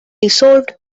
dissolved